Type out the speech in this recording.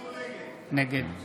נגד